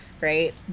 right